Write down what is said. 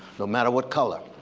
no matter what color,